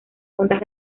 ondas